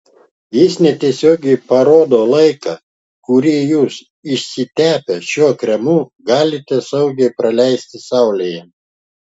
jis netiesiogiai parodo laiką kurį jūs išsitepę šiuo kremu galite saugiai praleisti saulėje